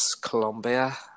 Colombia